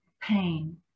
pain